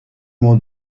mon